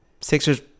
Sixers